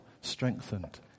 strengthened